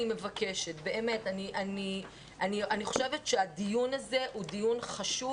אני חושבת שהדיון הזה הוא דיון חשוב.